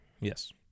Yes